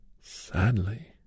sadly